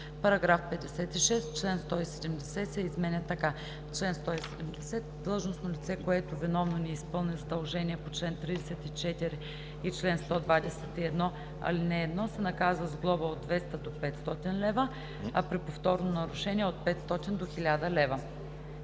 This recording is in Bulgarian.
§ 56: „§ 56. Член 170 се изменя така: „Чл. 170. Длъжностно лице, което виновно не изпълни задължение по чл. 34 и чл. 121, ал. 1, се наказва с глоба от 200 до 500 лв., а при повторно нарушение – от 500 до 1000 лв.“